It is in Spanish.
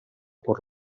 por